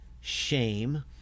shame